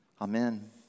Amen